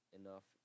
enough